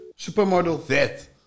Supermodel